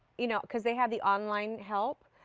you know because they have the online help,